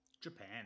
Japan